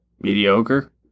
Mediocre